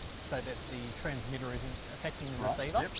so that the transmitter isn't affecting the receiver,